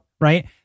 Right